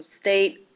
state